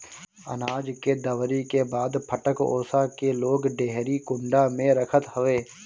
अनाज के दवरी के बाद फटक ओसा के लोग डेहरी कुंडा में रखत हवे